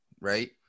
Right